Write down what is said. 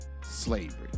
slavery